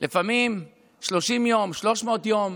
לפעמים 30 יום, 300 יום,